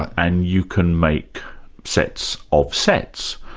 and you can make sets of sets.